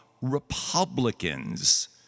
Republicans